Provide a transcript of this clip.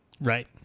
Right